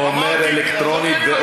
אומר אלקטרונית.